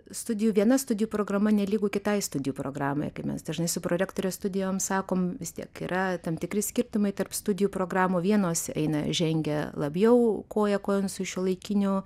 studijų viena studijų programa nelygu kitai studijų programai kai mes dažnai su prorektore studijom sakom vis tiek yra tam tikri skirtumai tarp studijų programų vienos eina žengia labiau koja kojon su šiuolaikiniu